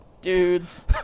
dudes